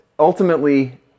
Ultimately